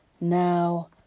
now